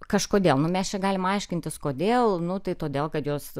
kažkodėl nu mes čia galim aiškintis kodėl nu tai todėl kad jos